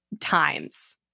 times